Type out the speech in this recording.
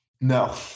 No